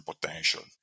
potential